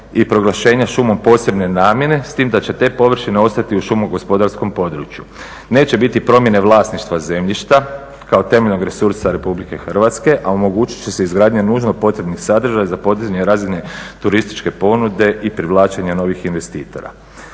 i proglašenja šumom posebne namjene, s tim da će površine ostati u šumogospodarskom području. Neće biti promjene vlasništva zemljišta kao temeljnog resursa RH, a omogućit će se izgradnja nužno potrebnih sadržaja za podizane razine turističke ponude i privlačenja novih investitora.